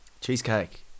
cheesecake